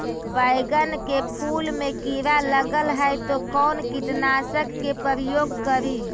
बैगन के फुल मे कीड़ा लगल है तो कौन कीटनाशक के प्रयोग करि?